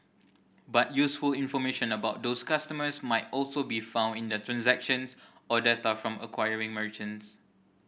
but useful information about those customers might also be found in their transactions or data from acquiring merchants